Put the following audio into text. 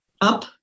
up